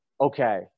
okay